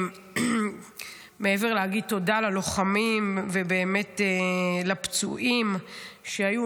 מעבר ללהגיד באמת תודה ללוחמים ולפצועים שהיו,